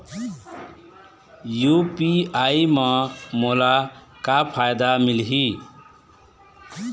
UPI म मोला का फायदा मिलही?